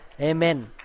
Amen